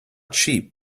cheap